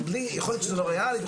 יכול להיות שזה לא ריאלי.